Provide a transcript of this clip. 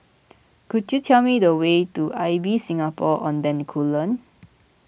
could you tell me the way to Ibis Singapore on Bencoolen